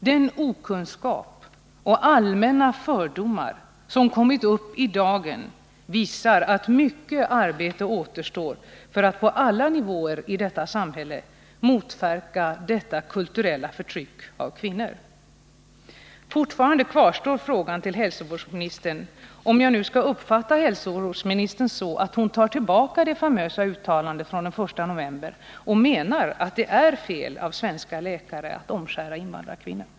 Den okunskap och de allmänna fördomar som kommit upp i dagen visar att mycket arbete återstår för att på alla nivåer i detta samhälle motverka detta kulturella förtryck av kvinnor. Fortfarande kvarstår frågan till hälsovårdsministern: Skall jag uppfatta hälsovårdsministern så, att hon nu tar tillbaka det famösa uttalandet från den 1 november och menar att det är fel av svenska läkare att omskära invandrarkvinnor?